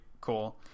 cool